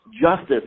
Justice